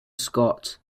scott